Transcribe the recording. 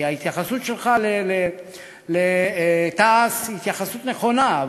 כי ההתייחסות שלך לתע"ש היא התייחסות נכונה,